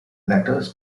letters